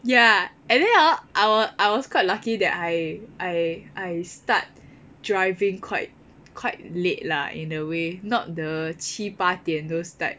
ya and then hor I was quite lucky that I I I start driving quite quite late lah in a way not the 七八点 those type